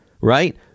right